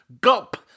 Gulp